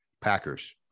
packers